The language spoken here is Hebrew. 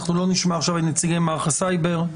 אנחנו לא נשמע עכשיו את נציגי מערך הסייבר.